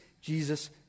Jesus